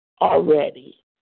already